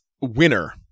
winner